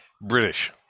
British